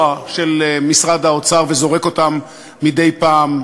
של משרד האוצר וזורק אותם מדי פעם,